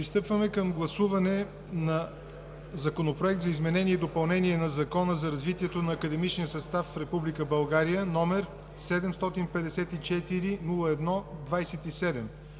Пристъпваме към гласуване на Законопроект за изменение и допълнение на Закона за развитието на академичния състав в Република